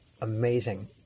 Amazing